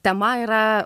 tema yra